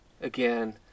again